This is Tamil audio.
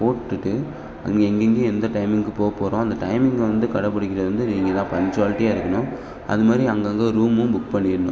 போட்டுவிட்டு அங்கே எங்கெங்கே எந்த டைமிங்குக்கு போக போகிறோம் அந்த டைமிங்கை வந்து கடைப்புடிக்கிறது வந்து நீங்கள் தான் பஞ்சுவாலிட்டியாக இருக்கணும் அதுமாதிரி அங்கங்கே ரூமும் புக் பண்ணிடணும்